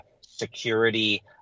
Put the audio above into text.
security